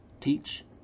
Teach